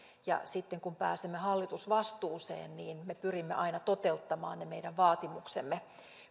niin sitten kun pääsemme hallitusvastuuseen me pyrimme aina toteuttamaan ne meidän vaatimuksemme